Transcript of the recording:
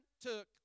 took